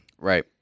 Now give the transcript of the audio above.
right